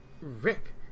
Rick